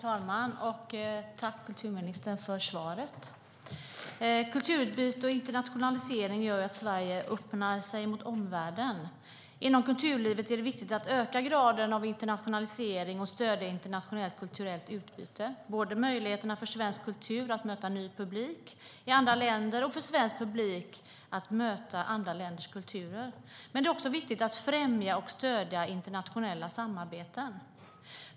Herr talman! Jag tackar kulturministern för svaret. Kulturutbyte och internationalisering gör att Sverige öppnar sig mot omvärlden. Inom kulturlivet är det viktigt att öka graden av internationalisering och stödja internationellt och kulturellt utbyte. Det handlar både om möjligheterna för svensk kultur att möta ny publik i andra länder och om möjligheterna för svensk publik att möta andra länders kulturer. Det är också viktigt att främja och stödja internationella samarbeten.